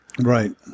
Right